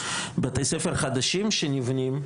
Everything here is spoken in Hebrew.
בתי ספר חדשים שנבנים,